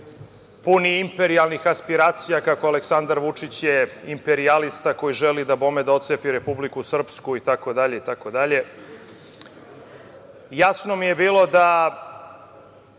puni imperijalnih aspiracija, kako Aleksandar Vučić je imperijalista koji želi da otcepi Republiku Srpsku, itd, itd. Jasno mi je bilo da